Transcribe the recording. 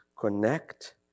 connect